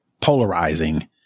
polarizing